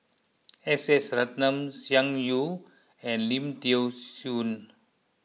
S S Ratnam Tsung Yeh and Lim thean Soo